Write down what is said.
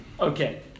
Okay